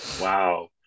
wow